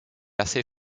assez